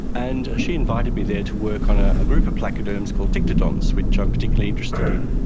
and she invited me there to work on a group of placoderms called ptyctodons which i'm particularly interested in.